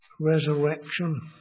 resurrection